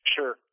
Sure